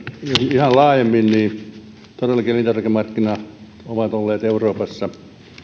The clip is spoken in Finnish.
ihan laajemmin todellakin elintarvikemarkkinat ovat olleet euroopassa